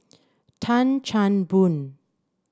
Tan Chan Boon